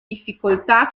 difficoltà